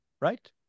right